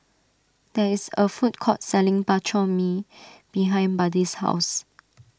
there is a food court selling Bak Chor Mee behind Buddy's house